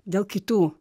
dėl kitų